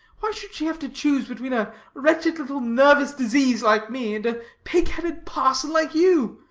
why should she have to choose between a wretched little nervous disease like me, and a pig-headed parson like you?